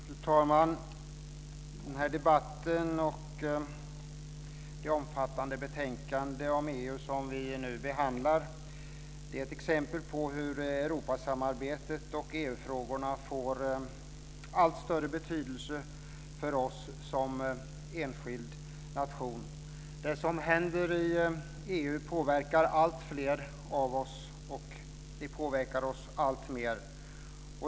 Fru talman! Denna debatt och det omfattande betänkande om EU som vi nu behandlar är exempel på hur Europasamarbetet och EU-frågorna får en allt större betydelse för oss som enskild nation. Det som händer i EU påverkar alltfler av oss och påverkar oss alltmer.